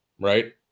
Right